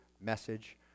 message